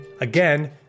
again